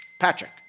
Patrick